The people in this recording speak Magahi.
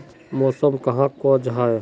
मौसम कहाक को जाहा?